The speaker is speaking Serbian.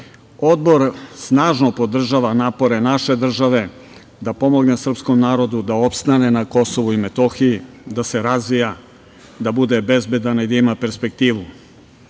Odbor snažno podržava napore naše države da pomogne srpskom narodu da opstane na Kosovu i Metohiji, da se razvija, da bude bezbedan i da ima perspektivu. Uočili